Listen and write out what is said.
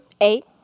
Eight